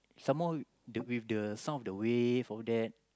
some more with the sound of the wave all that